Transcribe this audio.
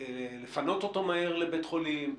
לפנות אותו מהר לבית חולים?